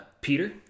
Peter